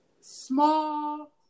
small